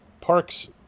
Park's